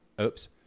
oops